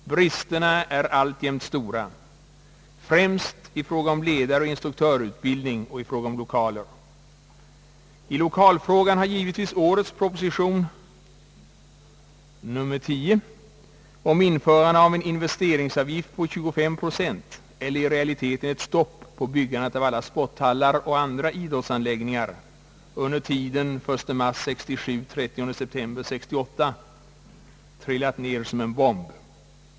Bristerna är alltjämt stora, främst i fråga om ledare och instruktörutbildning och i frågor om lokaler. I lokalfrågan har givetvis årets proposition nr 10 om införande av en investeringsavgift på 25 procent eller i realiteten ett stopp för byggande av alla sporthallar och andra idrottsanläggningar under tiden 1 mars 1967—30 september 1968 slagit ned som en bomb.